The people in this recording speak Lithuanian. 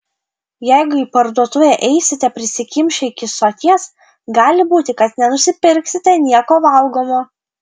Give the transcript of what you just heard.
jeigu į parduotuvę eisite prisikimšę iki soties gali būti kad nenusipirksite nieko valgomo